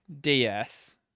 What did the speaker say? DS